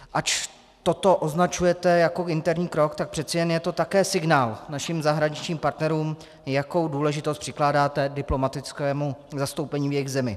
Ač toto označujete jako interní krok, tak přece jen je to také signál našim zahraničním partnerům, jakou důležitost přikládáte diplomatickému zastoupení v jejich zemi.